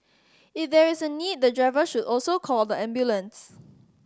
if there is a need the driver should also call the ambulance